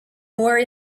more